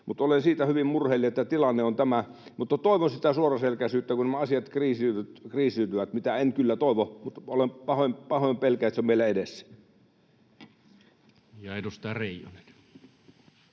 olen siitä hyvin murheellinen, että tilanne on tämä. Toivon suoraselkäisyyttä, kun nämä asiat kriisiytyvät, mitä en kyllä toivo, mutta pahoin pelkään, että se on meillä edessä. [Speech